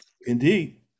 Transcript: Indeed